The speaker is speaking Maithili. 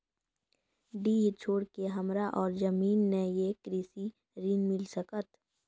डीह छोर के हमरा और जमीन ने ये कृषि ऋण मिल सकत?